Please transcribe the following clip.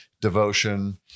devotion